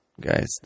guys